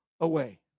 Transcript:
away